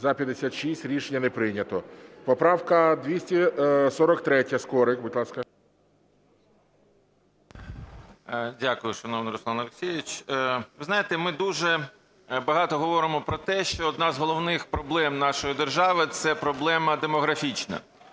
будь ласка. 12:37:40 СКОРИК М.Л. Дякую, шановний Руслан Олексійович. Ви знаєте, ми дуже багато говоримо про те, що одна з головних проблем нашої держави – це проблема демографічна.